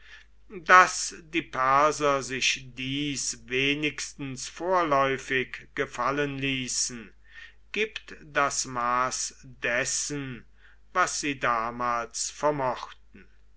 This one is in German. daß die perser sich dies wenigstens vorläufig gefallen ließen gibt das maß dessen was sie damals vermochten